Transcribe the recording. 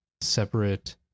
separate